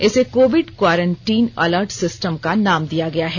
इसे Covid quarantine alert system का नाम दिया गया है